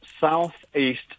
south-east